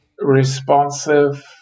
responsive